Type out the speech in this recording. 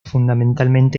fundamentalmente